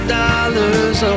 dollars